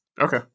Okay